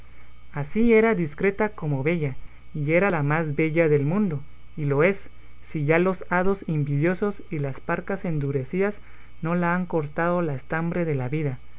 así era discreta como bella y era la más bella del mundo y lo es si ya los hados invidiosos y las parcas endurecidas no la han cortado la estambre de la vida